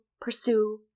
pursue